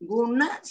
Guna